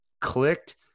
clicked